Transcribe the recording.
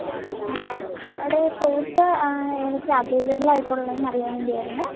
ആ ആ അവിടെ ഫ്രൂട്ട്സ് ഏതൊക്കെയാണ് അവൈലബിള് ആയിട്ടുള്ളത് എന്ന് അറിയാൻ വേണ്ടിയായിരുന്നേ